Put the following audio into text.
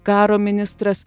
karo ministras